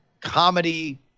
comedy